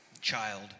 child